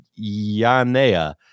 Yanea